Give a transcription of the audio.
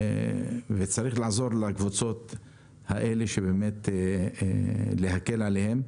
צריך לעזור לקבוצות האלה, להקל עליהן,